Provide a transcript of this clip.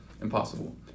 impossible